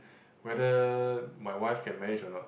whether my wife can manage or not